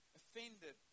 offended